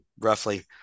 roughly